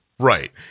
Right